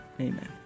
amen